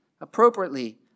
appropriately